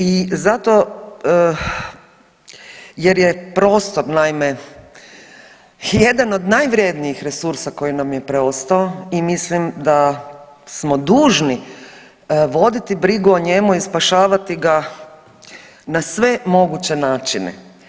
I zato jer je prostor naime jedan od najvrjednijih resursa koji nam je preostao i mislim da smo dužni voditi brigu o njemu i spašavati ga na sve moguće načine.